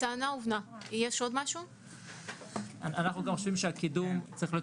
אנחנו גם חושבים שהקידום צריך להיות